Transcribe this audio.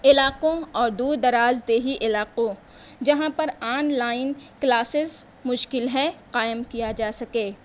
علاقوں اور دور دراز دیہی علاقوں جہاں پر آن لائن کلاسیز مشکل ہے قائم کیا جا سکے